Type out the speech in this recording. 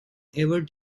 ever